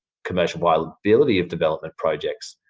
commercial viability of development projects,